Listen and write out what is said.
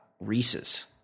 Reese's